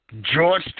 George